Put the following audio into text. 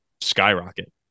skyrocket